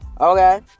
Okay